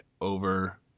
over